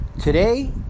Today